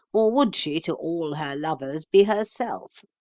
or would she to all her lovers be herself?